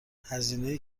هزینه